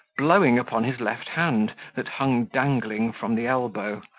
blowing upon his left hand, that hung dangling from the elbow.